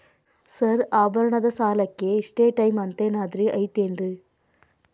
Sir ಆಭರಣದ ಸಾಲಕ್ಕೆ ಇಷ್ಟೇ ಟೈಮ್ ಅಂತೆನಾದ್ರಿ ಐತೇನ್ರೇ?